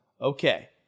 Okay